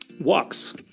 walks